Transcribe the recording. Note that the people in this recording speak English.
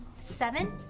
seven